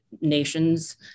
nation's